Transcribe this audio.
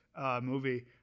movie